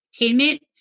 Entertainment